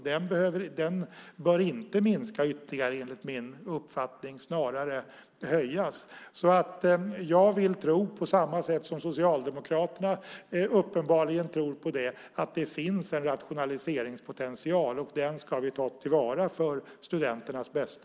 Den bör inte minska ytterligare, enligt min uppfattning, snarare höjas. Jag vill tro, på samma sätt som Socialdemokraterna uppenbarligen tror på det, att det finns en rationaliseringspotential, och den ska vi ta till vara för studenternas bästa.